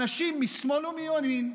אנשים משמאל ומימין,